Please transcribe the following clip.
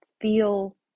feel